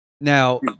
Now